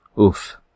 Oof